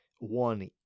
one